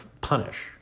punish